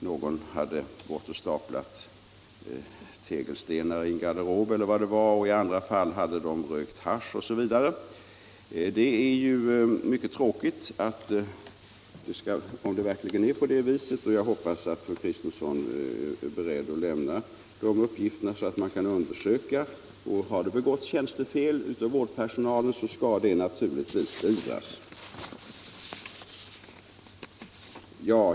Någon hade t.ex. staplat tegelsten i en garderob, i andra fall hade man rökt hasch osv. Det är mycket tråkigt om det verkligen är på det viset, och jag hoppas att fru Kristensson är beredd att lämna ut uppgifterna, så att det hela kan undersökas. Har det begåtts tjänstefel av vårdpersonalen skall det naturligtvis beivras.